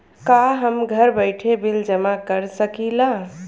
का हम घर बइठे बिल जमा कर शकिला?